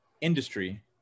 industry